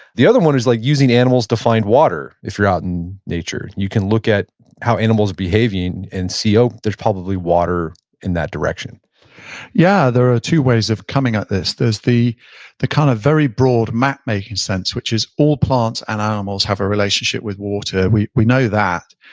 the other one is like using animals to find water if you're out in nature. you can look at how animals behaving and see, oh, there's probably water in that direction yeah, there are two ways of coming at this. there's the the kind of very broad map making sense, which is all plants and um animals have a relationship with water, we we know that.